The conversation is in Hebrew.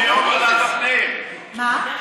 מה?